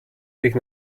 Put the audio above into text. sich